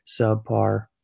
subpar